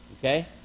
Okay